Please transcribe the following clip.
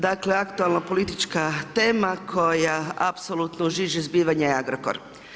Dakle aktualna politička tema koja apsolutno u žiži zbivanja je Agrokor.